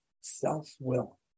self-will